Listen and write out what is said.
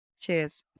Cheers